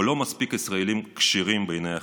או לא מספיק ישראלים כשרים בעיני אחרים.